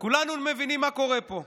כולנו מבינים מה קורה פה.